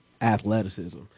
athleticism